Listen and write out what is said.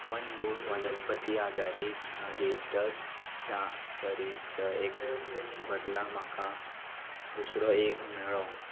one गूड वनस्पती आदारीत नगेस्टस च्या चरीश एक्स बदला म्हाका दुसरो एक मेळो